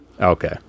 Okay